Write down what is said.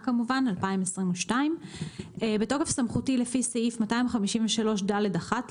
התשפ"ב-2022 בתוקף סמכותי לפי סעיף 253(ד)(1)